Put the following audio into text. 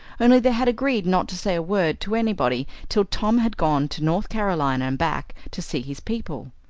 only they had agreed not to say a word to anybody till tom had gone to north carolina and back, to see his people.